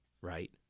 right